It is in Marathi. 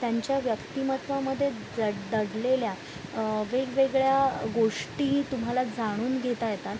त्यांच्या व्यक्तिमत्त्वामध्ये जड् दडलेल्या वेगवेगळ्या गोष्टी तुम्हाला जाणून घेता येतात